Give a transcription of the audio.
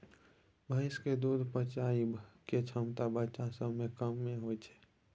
भैंस के दूध पचाबइ के क्षमता बच्चा सब में कम्मे होइ छइ